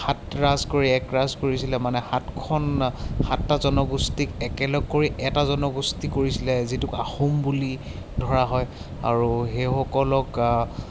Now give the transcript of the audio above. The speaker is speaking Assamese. সাত ৰাজ কৰি এক ৰাজ কৰিছিলে মানে সাতখন সাতটা জনগোষ্ঠীক একেলগ কৰি এটা জনগোষ্ঠী কৰিছিলে যিটোক আহোম বুলি ধৰা হয় আৰু সেইসকলক